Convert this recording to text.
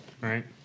right